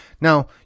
Now